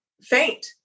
faint